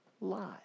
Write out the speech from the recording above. lie